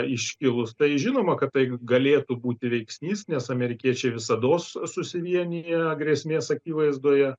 iškilus tai žinoma kad tai galėtų būti veiksnys nes amerikiečiai visados susivienija grėsmės akivaizdoje